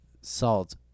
salt